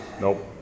Nope